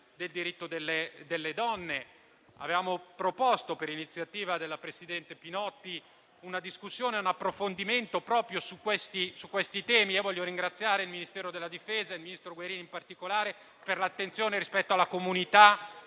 del diritto delle donne. Avevamo proposto, per iniziativa della presidente Pinotti, una discussione e un approfondimento proprio su questi su questi temi. Voglio ringraziare il Ministero della difesa, il ministro Guerini in particolare, per l'attenzione rispetto alla comunità